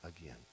again